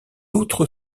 autre